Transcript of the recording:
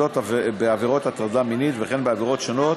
בעבירות הטרדה מינית וכן בעבירות מסוימות